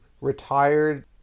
retired